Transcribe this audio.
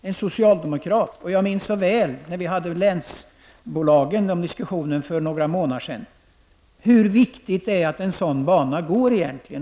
Jo, en socialdemokrat. Jag minns så väl när vi diskuterade länsbolagen för några månader sedan att man betonade hur viktigt det är att en sådan bana finns.